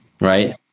right